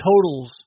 totals